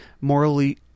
morally